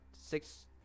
six